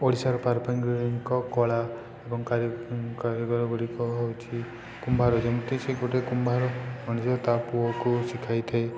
ଓଡ଼ିଶାର ଙ୍କ କଳା ଏବଂ କାରିଗରଗୁଡ଼ିକ ହେଉଛି କୁମ୍ଭାର ଯେମିତି ସେ ଗୋଟେ କୁମ୍ଭାର ମଣିଷ ତା ପୁଅକୁ ଶିଖାଇଥାଏ